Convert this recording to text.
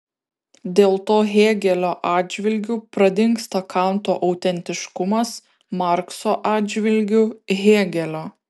dėl to hėgelio atžvilgiu pradingsta kanto autentiškumas markso atžvilgiu hėgelio